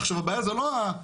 עכשיו, הבעיה זה לא,